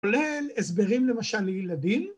‫כולל הסברים, למשל, לילדים.